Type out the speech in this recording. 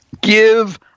Give